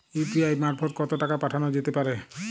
UPI মারফত কত টাকা পাঠানো যেতে পারে?